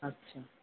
আচ্ছা